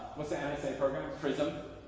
what's the and nsa program, prism?